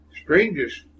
strangest